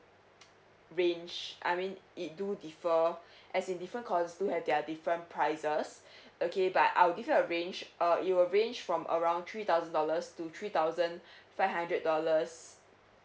range I mean it do differ as in different course do have their different prices okay but I'll give you a range uh it will range from around three thousand dollars to three thousand five hundred dollars